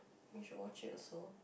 you should watch it also